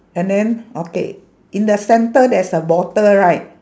and then okay in the centre there's a bottle right